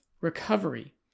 recovery